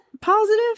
positive